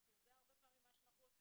כי זה הרבה פעמים מה שאנחנו עושים.